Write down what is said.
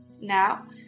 Now